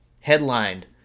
headlined